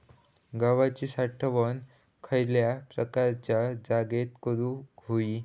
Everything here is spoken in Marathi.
गव्हाची साठवण खयल्या प्रकारच्या जागेत करू होई?